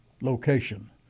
location